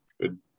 Good